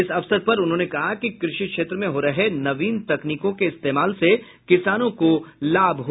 इस अवसर पर उन्होंने कहा कि कृषि क्षेत्र में हो रहे नवीन तकनीकों के इस्तेमाल से किसानों को लाभ हो रहा है